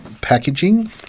packaging